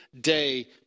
day